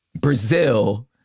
Brazil